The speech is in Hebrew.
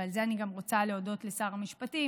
ועל זה אני גם רוצה להודות לשר המשפטים,